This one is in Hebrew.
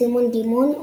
סימון דימון,